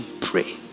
pray